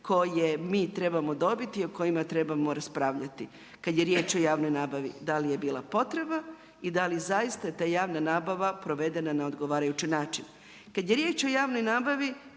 koje mi trebamo dobiti i o kojima trebamo raspravljati kada je riječ o javnoj nabavi, da li je bila potreba i da li je zaista ta javna nabava provedena na odgovarajući način. Kada je riječ o javnoj nabavi